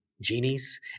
genies